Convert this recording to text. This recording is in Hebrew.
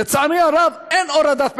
לצערי הרב אין הורדת מחירים.